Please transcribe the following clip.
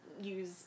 use